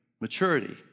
maturity